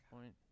point